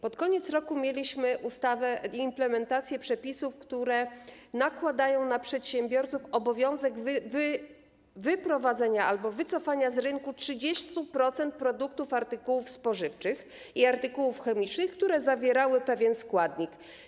Pod koniec roku mieliśmy implementację przepisów, które nakładają na przedsiębiorców obowiązek wyprowadzenia albo wycofania z rynku 30% produktów, artykułów spożywczych i artykułów chemicznych, które zawierały pewien składnik.